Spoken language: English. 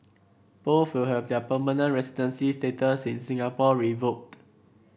both will have their permanent residency status in Singapore revoked